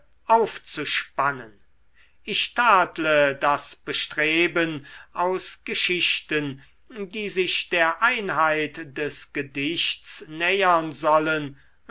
aufzuspannen ich tadle das bestreben aus geschichten die sich der einheit des gedichts nähern sollen